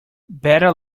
better